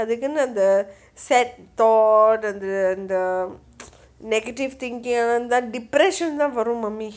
அதுக்குன்னு அந்த:athukkunnu antha sad thought அந்த:antha negative thinking எல்லாம் இருந்தா:ellam iruntha depression தா வரும்:thaa varum mummy